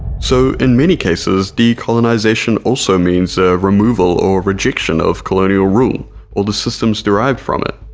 so in many cases decolonization also means a removal or rejection of colonial rule or the systems derived from it,